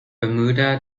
bermuda